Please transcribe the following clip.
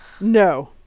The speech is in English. no